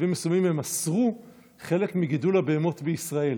בשלבים מסוימים הם אסרו חלק מגידול הבהמות בישראל